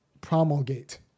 promulgate